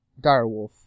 direwolf